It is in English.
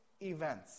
events